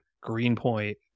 Greenpoint